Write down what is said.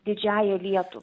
didžiąja lietuva